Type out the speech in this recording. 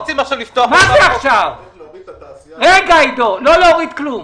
צריך להוריד את התעשייה --- לא להוריד כלום.